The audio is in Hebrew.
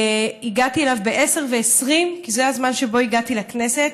והגעתי אליו ב-10:20, כי זה הזמן שבו הגעתי לכנסת.